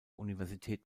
universität